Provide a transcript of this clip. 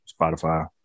Spotify